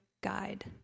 guide